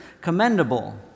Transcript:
commendable